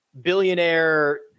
billionaire